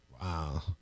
Wow